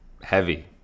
heavy